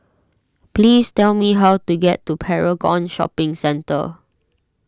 please tell me how to get to Paragon Shopping Centre